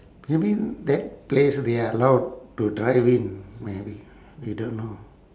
maybe that place they're allowed to drive in maybe we don't know